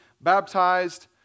baptized